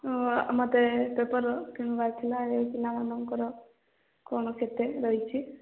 ମୋତେ ପେପର୍ କିଣିବାର ଥିଲା ଏହି ପିଲାମାନଙ୍କର କ'ଣ କେତେ ରହିଛି